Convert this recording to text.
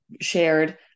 shared